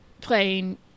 playing